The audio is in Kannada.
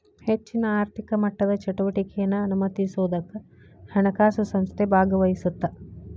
ಹೆಚ್ಚಿನ ಆರ್ಥಿಕ ಮಟ್ಟದ ಚಟುವಟಿಕೆನಾ ಅನುಮತಿಸೋದಕ್ಕ ಹಣಕಾಸು ಸಂಸ್ಥೆ ಭಾಗವಹಿಸತ್ತ